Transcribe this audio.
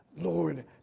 Lord